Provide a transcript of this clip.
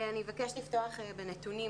אני אבקש לפתוח בנתונים